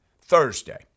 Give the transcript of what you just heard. Thursday